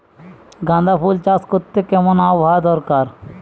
গাঁদাফুল চাষ করতে কেমন আবহাওয়া দরকার?